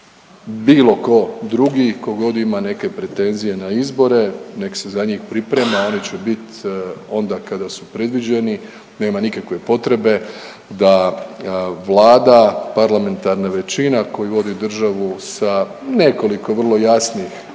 Bilo tko drugi tko god ima neke pretenzije na izbore nek se za njih priprema, oni će biti onda kada su predviđeni. Nema nikakve potrebe da vlada parlamentarne većine, a koji vodi državu sa nekoliko vrlo jasnih,